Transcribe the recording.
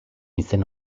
izen